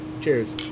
Cheers